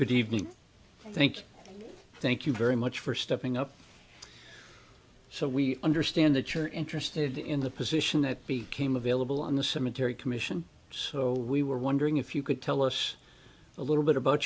good evening thank you thank you very much for stepping up so we understand that you're interested in the position that became available on the cemetery commission so we were wondering if you could tell us a little bit about